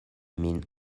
min